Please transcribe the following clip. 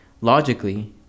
logically